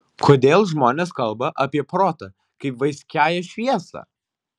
kodėl žmonės kalba apie protą kaip vaiskiąją šviesą